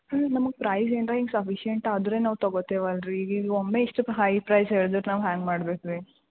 ಹ್ಞೂ ನಮಗೆ ಪ್ರೈಝ್ ಏನಾರಾ ಹಿಂಗ್ ಸಫೀಷಿಯೆಂಟ್ ಆದರೆ ನಾವು ತೊಗೋತೀವಲ್ರಿ ಈಗ ಈಗ ಒಮ್ಮೆ ಇಷ್ಟು ಹೈ ಪ್ರೈಸ್ ಹೇಳ್ದ್ರೆ ನಾವು ಹೆಂಗ್ ಮಾಡಬೇಕ್ರೀ